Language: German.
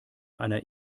einer